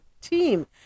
team